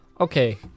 Okay